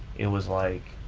it was like,